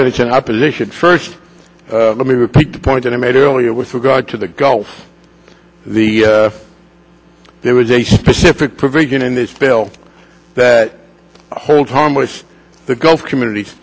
minutes in opposition first let me repeat the point that i made earlier with regard to the gulf the there was a specific provision in this bill that hold harmless the gulf communities